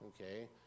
okay